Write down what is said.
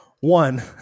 one